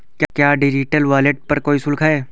क्या digital wallet पर कोई शुल्क है?